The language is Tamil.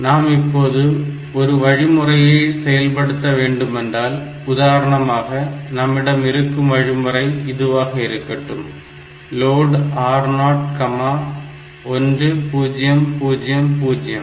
நாம் இப்போது ஒரு வழிமுறையை செயல்படுத்த வேண்டுமென்றால் உதாரணமாக நம்மிடம் இருக்கும் வழிமுறை இதுவாக இருக்கட்டும் load R0 1000